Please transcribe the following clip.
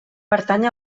pertany